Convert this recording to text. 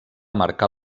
marcar